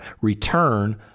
return